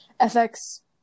fx